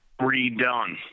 redone